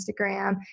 Instagram